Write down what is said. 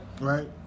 Right